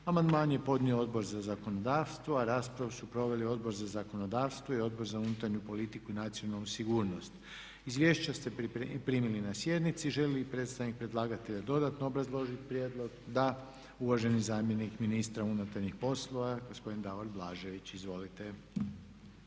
Amandman je podnio Odbor za zakonodavstvo. Raspravu su proveli Odbor za zakonodavstvo i Odbor za unutarnju politiku i nacionalnu sigurnost. Njihova izvješća ste primili na sjednici. Želi li predstavnik predlagatelja dodatno obrazložiti prijedlog? Očitao da. Uvaženi zamjenik ministra unutarnjih poslova Davor Blažević. Izvolite.